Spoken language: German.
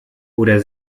oder